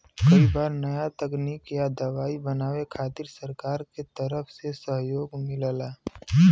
कई बार नया तकनीक या दवाई बनावे खातिर सरकार के तरफ से सहयोग मिलला